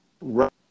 Right